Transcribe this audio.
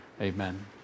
amen